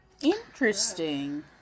Interesting